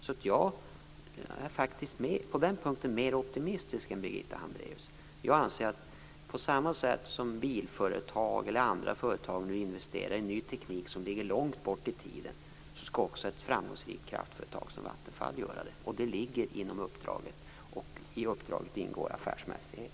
Så på den punkten är jag faktiskt mer optimistisk än Birgitta Hambraeus. Jag anser att på samma sätt som bilföretag eller andra företag nu investerar i ny teknik som ligger långt bort i tiden, skall också ett framgångsrikt kraftföretag som Vattenfall göra det. Det ligger inom uppdraget, och i uppdraget ingår affärsmässighet.